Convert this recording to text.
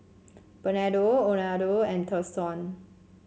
Bernardo Orlando and Thurston